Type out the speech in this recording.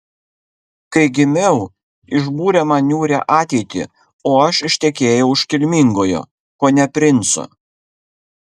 kai gimiau išbūrė man niūrią ateitį o aš ištekėjau už kilmingojo kone princo